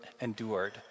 endured